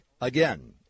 Again